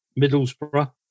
Middlesbrough